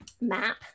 map